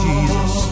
Jesus